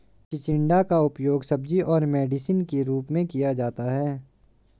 चिचिण्डा का उपयोग सब्जी और मेडिसिन के रूप में किया जाता है